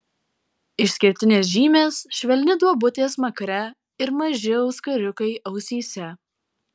išskirtinės žymės švelni duobutė smakre ir maži auskariukai ausyse